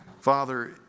Father